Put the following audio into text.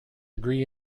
agree